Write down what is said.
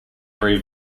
free